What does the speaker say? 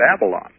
Babylon